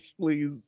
please